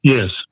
Yes